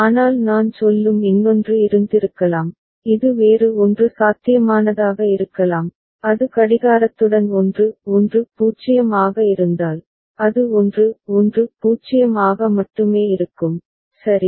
ஆனால் நான் சொல்லும் இன்னொன்று இருந்திருக்கலாம் இது வேறு 1 சாத்தியமானதாக இருக்கலாம் அது கடிகாரத்துடன் 1 1 0 ஆக இருந்தால் அது 1 1 0 ஆக மட்டுமே இருக்கும் சரி